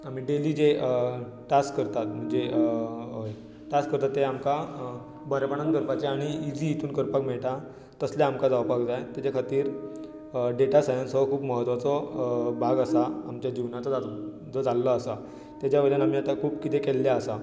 आमी डॅली जें टास्क करतात म्हणजे हय टास्क करतात तें आमकां बरेंपणान करपाचें आनी इझी हितूंत करपाक मेळटा तसले आमकां जावपाक जाय तेच्या खातीर डेटा सायन्स हो खूब म्हत्वाचो भाग आसा आमच्या जिवनाचो तो जाल्लो आसा तेच्या वेल्यान आमी आतां खूब कितें केल्लें आसा